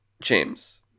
james